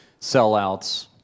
sellouts